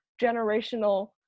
generational